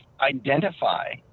identify